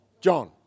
John